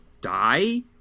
die